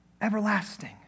Everlasting